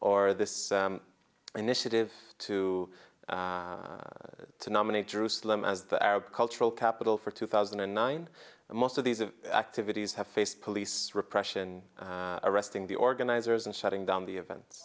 or this initiative to to nominate jerusalem as the arab cultural capital for two thousand and nine and most of these of activities have faced police repression arresting the organizers and shutting down the events